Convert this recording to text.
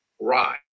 rise